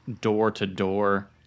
door-to-door